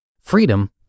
Freedom